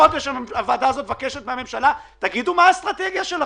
חודש הוועדה הזאת מבקשת מהממשלה שתגיד מה האסטרטגיה שלה,